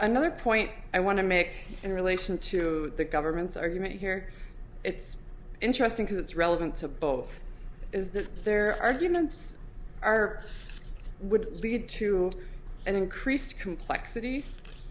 another point i want to make in relation to the government's argument here it's interesting because it's relevant to both is that their arguments are would lead to an increased complexit